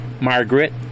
Margaret